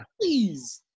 Please